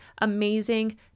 amazing